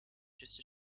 just